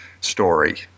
story